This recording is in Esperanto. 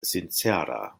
sincera